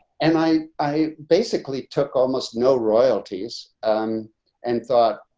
and i i basically took almost no royalties um and thought,